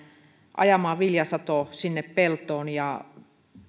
ajamaan viljasato sinne peltoon ja